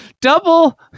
double